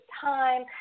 time